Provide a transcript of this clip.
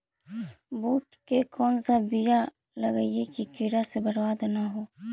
बुंट के कौन बियाह लगइयै कि कीड़ा से बरबाद न हो?